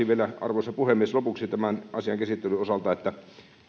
vielä kaipaisin arvoisa puhemies lopuksi tämän asian käsittelyn osalta sitä